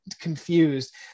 confused